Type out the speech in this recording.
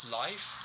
life